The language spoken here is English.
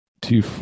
two